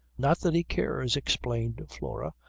not that he cares, explained flora.